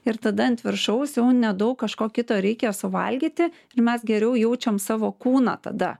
ir tada ant viršaus jau nedaug kažko kito reikia suvalgyti ir mes geriau jaučiam savo kūną tada